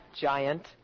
giant